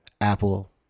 Apple